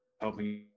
helping